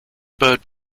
bird